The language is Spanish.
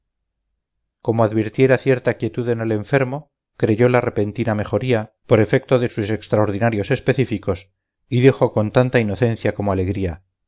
como advirtiera cierta quietud en el enfermo creyola repentina mejoría por efecto de sus extraordinarios específicos y dijo con tanta inocencia como alegría